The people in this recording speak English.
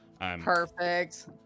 Perfect